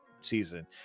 season